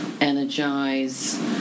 energize